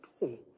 No